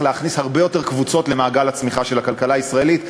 להכניס הרבה יותר קבוצות למעגל הצמיחה של הכלכלה הישראלית.